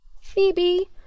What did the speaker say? Phoebe